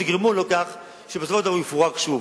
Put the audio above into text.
ותגרמו לו לכך שבסופו של דבר היישוב יפורק שוב.